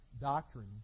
doctrine